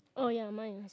oh ya mine